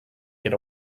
get